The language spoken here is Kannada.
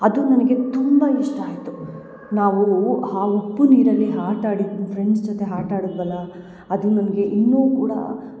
ಅದು ನನಗೆ ತುಂಬ ಇಷ್ಟ ಆಯಿತು ನಾವು ಹಾ ಉಪ್ಪು ನೀರಲ್ಲಿ ಆಟ ಆಡಿದ ಫ್ರೆಂಡ್ಸ್ ಜೊತೆ ಆಟ ಆಡುದ್ವಲ್ಲ ಅದು ನನಗೆ ಇನ್ನೂ ಕೂಡ